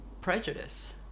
prejudice